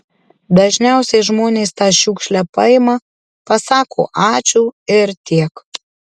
dažniausiai žmonės tą šiukšlę paima pasako ačiū ir tiek